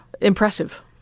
impressive